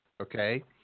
okay